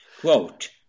Quote